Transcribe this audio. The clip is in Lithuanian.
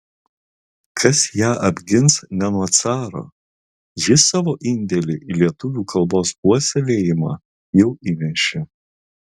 kas ją apgins ne nuo caro jis savo indėlį į lietuvių kalbos puoselėjimą jau įnešė